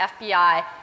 FBI